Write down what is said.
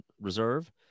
reserve